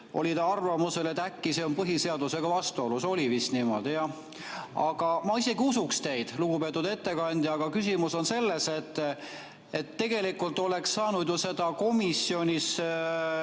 olid arvamusel, et äkki see on põhiseadusega vastuolus. Oli vist niimoodi, jah? Ma isegi usuks teid, lugupeetud ettekandja, aga küsimus on selles, et tegelikult oleks saanud ju seda komisjonis